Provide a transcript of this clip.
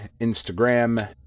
Instagram